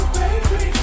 baby